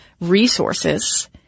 resources